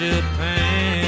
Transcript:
Japan